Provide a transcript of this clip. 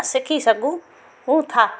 सिखी सघूं था